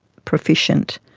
proficient,